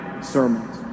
sermons